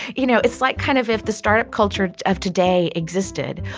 you know, it's like kind of if the startup culture of today existed,